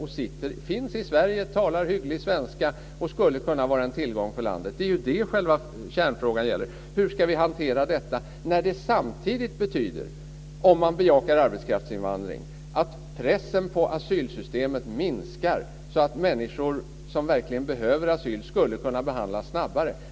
De finns i Sverige, talar hygglig svenska och skulle kunna vara en tillgång för landet. Själva kärnfrågan är hur vi ska hantera detta. Om man bejakade arbetskraftsinvandring skulle pressen på asylsystemet minska. Människor som verkligen behöver asyl skulle kunna få sina ansökningar behandlade snabbare.